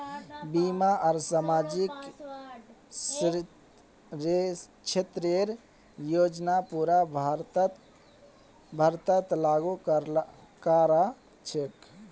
बीमा आर सामाजिक क्षेतरेर योजना पूरा भारतत लागू क र छेक